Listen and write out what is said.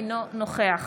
אינו נוכח